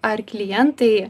ar klientai